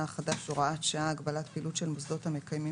החדש (הוראת שעה)(הגבלת פעילות של מוסדות המקיימים